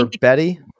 Betty